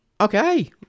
okay